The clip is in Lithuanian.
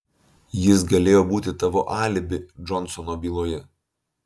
jis galėjo būti tavo alibi džonsono byloje